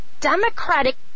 Democratic